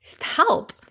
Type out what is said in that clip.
help